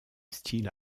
style